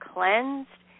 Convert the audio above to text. cleansed